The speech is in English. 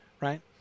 right